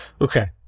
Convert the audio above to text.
Okay